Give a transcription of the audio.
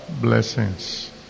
blessings